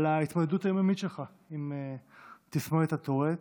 על ההתמודדות היום-יומית עם תסמונת הטורט,